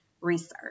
research